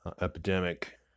epidemic